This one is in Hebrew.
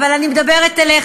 אבל אני מדברת אליך.